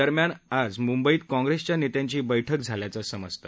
दरम्यान आज मुंबईत काँप्रेसच्या नेत्यांची बैठक झाल्याचं समजतं